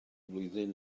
flwyddyn